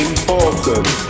important